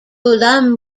lam